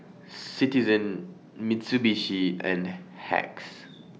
Citizen Mitsubishi and Hacks